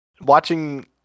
Watching